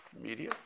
media